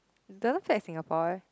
doesn't feel like Singapore